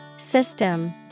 System